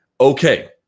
Okay